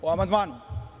Po amandmanu.